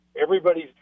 everybody's